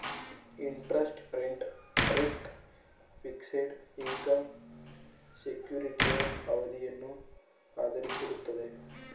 interest rate risk, fixed income ಸೆಕ್ಯೂರಿಟಿಯ ಅವಧಿಯನ್ನು ಆಧರಿಸಿರುತ್ತದೆ